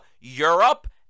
Europe